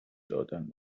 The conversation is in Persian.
دادن